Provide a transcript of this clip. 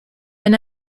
wenn